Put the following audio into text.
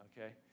Okay